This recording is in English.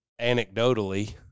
anecdotally